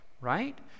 right